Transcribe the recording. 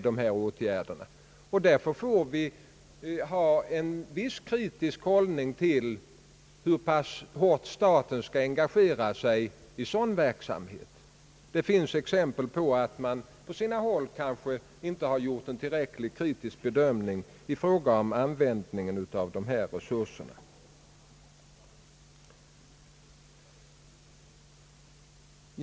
Därför har vi en kritisk hållning till hur pass hårt staten skall engagera sig i sådan verksamhet. Det finns exempel på att man på sina håll kanske inte har gjort en tillräckligt kritisk bedömning i fråga om användningen av dessa resurser.